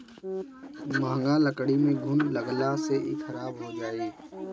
महँग लकड़ी में घुन लगला से इ खराब हो जाई